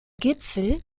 gipfel